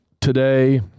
today